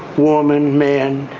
woman, man,